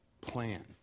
plan